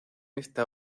esta